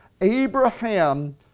Abraham